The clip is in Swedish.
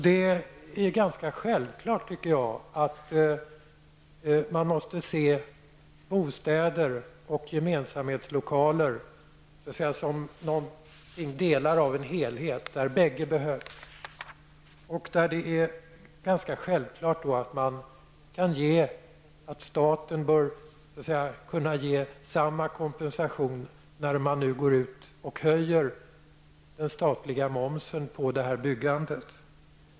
Det är ganska självklart att man måste se bostäder och gemensamhetslokaler som delar av en helhet, där bägge behövs. Staten bör alltså kunna ge samma kompensation när man höjer den statliga momsen på byggande.